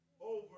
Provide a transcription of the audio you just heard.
over